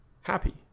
happy